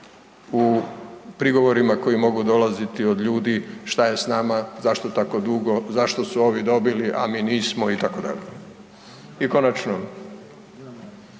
u prigovorima koji mogu dolaziti od ljudi, što je s nama, zašto tako dugo, zašto su ovi dobili, a mi nismo, itd. I konačno,